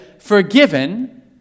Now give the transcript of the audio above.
forgiven